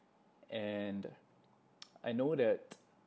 and I know that